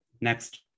next